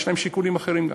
יש להם שיקולים אחרים גם,